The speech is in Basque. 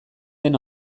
den